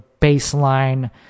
baseline